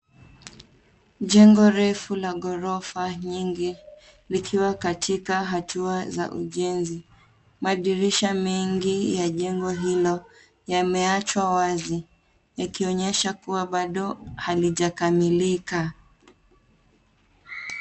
Jengo refu la ghorofa nyingi likiwa katika hatua za ujenzi. Madirisha mengi ya jengo hilo yameachwa wazi, yakionyesha kuwa bado halijakamilika.